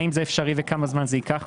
האם זה אפשרי וכמה זמן זה ייקח,